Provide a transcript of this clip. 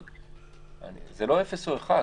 אבל זה לא אפס או אחד,